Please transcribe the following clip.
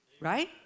Right